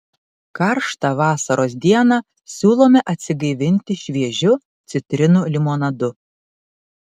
karštą vasaros dieną siūlome atsigaivinti šviežiu citrinų limonadu